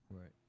Right